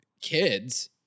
kids